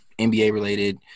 NBA-related